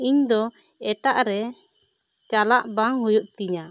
ᱤᱧ ᱫᱚ ᱮᱴᱟᱜ ᱨᱮ ᱪᱟᱞᱟᱜ ᱵᱟᱝ ᱦᱩᱭᱩᱜ ᱛᱤᱧᱟᱹ